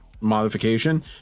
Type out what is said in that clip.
modification